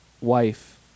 wife